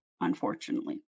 Unfortunately